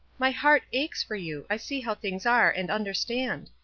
my heart aches for you. i see how things are, and understand.